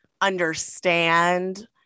understand